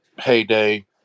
heyday